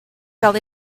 gael